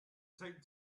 taped